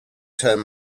turn